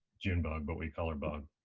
junebug. but we call her bug.